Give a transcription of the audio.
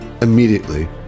Immediately